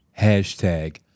hashtag